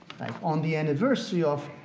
on the anniversary of